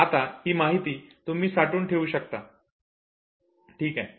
आता ही माहिती तुम्ही साठवून ठेवू शकता ठीक आहे